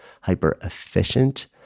hyper-efficient